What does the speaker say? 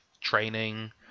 training